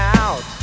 out